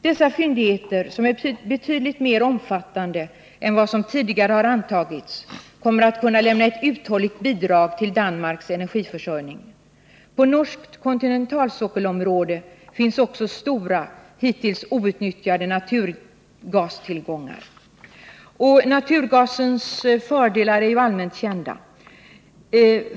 Dessa fyndigheter, som är betydligt mer omfattande än vad som tidigare har antagits, kommer att kunna lämna ett uthålligt bidrag till Danmarks energiförsörjning. På norskt kontinentalsockelområde finns också stora, hittills outnyttjade naturgastillgångar.” Naturgasens fördelar är ju allmänt kända.